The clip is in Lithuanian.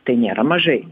tai nėra mažai